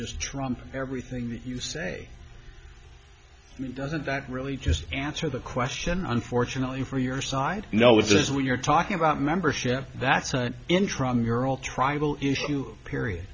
just trumps everything you say doesn't that really just answer the question unfortunately for your side no is this what you're talking about membership that's an intramural tribal issue period